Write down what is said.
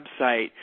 website